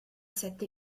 sette